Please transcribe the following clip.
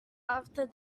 after